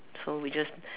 so we just